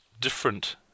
different